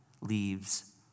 leaves